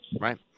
Right